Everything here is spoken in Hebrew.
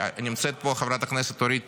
נמצאת פה חברת הכנסת אורית